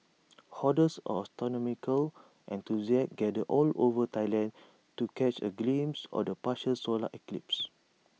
hordes of astronomical enthusiasts gathered all over Thailand to catch A glimpse of the partial solar eclipse